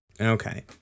Okay